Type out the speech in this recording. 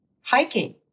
hiking